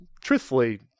truthfully